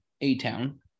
A-Town